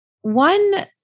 One